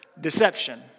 deception